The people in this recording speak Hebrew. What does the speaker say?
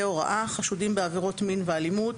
הוראה החשודים בעבירות מין ואלימות,